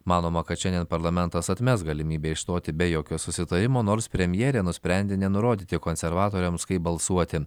manoma kad šiandien parlamentas atmes galimybę išstoti be jokio susitarimo nors premjerė nusprendė nenurodyti konservatoriams kaip balsuoti